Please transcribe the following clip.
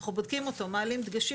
אנחנו בודקים אותו, מעלים דגשים.